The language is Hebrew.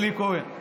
אלי כהן.